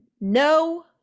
No